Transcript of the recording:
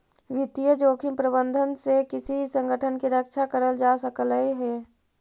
वित्तीय जोखिम प्रबंधन से किसी संगठन की रक्षा करल जा सकलई हे